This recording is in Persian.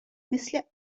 مثل